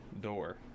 door